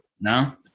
No